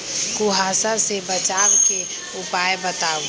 कुहासा से बचाव के उपाय बताऊ?